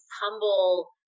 humble